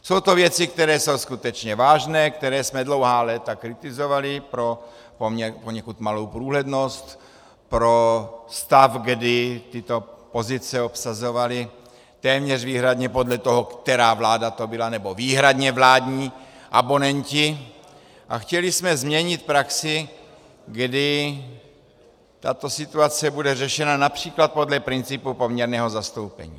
Jsou to věci, které jsou skutečně vážné, které jsme dlouhá léta kritizovali pro poněkud malou průhlednost, pro stav, kdy tyto pozice obsazovali téměř výhradně podle toho, která vláda to byla, nebo výhradně, vládní abonenti, a chtěli jsme změnit praxi, kdy tato situace bude řešena např. podle principu poměrného zastoupení.